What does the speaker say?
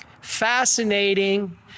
Fascinating